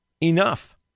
enough